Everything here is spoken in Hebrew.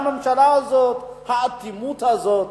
הממשלה הזאת, האטימות הזאת.